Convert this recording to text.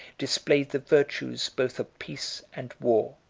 displayed the virtues both of peace and war.